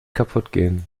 kaputtgehen